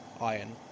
iron